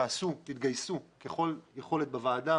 שתעשו, שתתגייסו ככל יכולת בוועדה